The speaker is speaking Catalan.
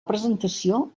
presentació